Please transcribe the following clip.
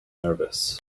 nervous